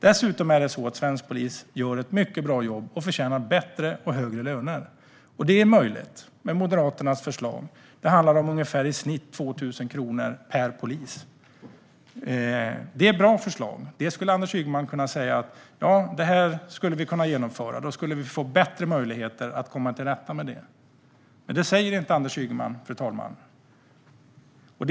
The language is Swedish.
Dessutom är det så att svensk polis gör ett mycket bra jobb och förtjänar bättre och högre löner, vilket är möjligt med Moderaternas förslag. Det handlar i snitt om ungefär 2 000 kronor per polis. Det är bra förslag, och Anders Ygeman skulle kunna säga att detta är något som vi kan genomföra. Då skulle vi få bättre möjligheter att komma till rätta med det. Men Anders Ygeman säger inte det, fru ålderspresident.